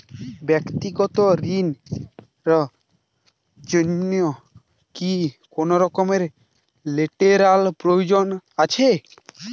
ব্যাক্তিগত ঋণ র জন্য কি কোনরকম লেটেরাল প্রয়োজন আছে?